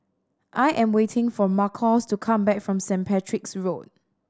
I am waiting for Marcos to come back from St Patrick's Road